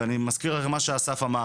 ואני מזכיר מה שאסף אמר